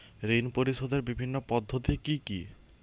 ঋণ পরিশোধের বিভিন্ন পদ্ধতি কি কি?